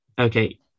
Okay